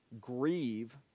grieve